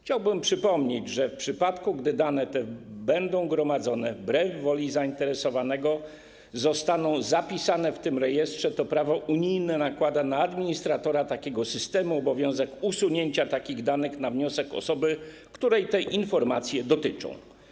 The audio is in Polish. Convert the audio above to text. Chciałbym przypomnieć, że w przypadku gdy dane te będą gromadzone wbrew woli zainteresowanego i zostaną zapisane w tym rejestrze, to prawo unijne nakłada na administratora takiego systemu obowiązek ich usunięcia na wniosek osoby, której te informacje dotyczą.